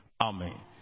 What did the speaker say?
Amen